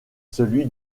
celui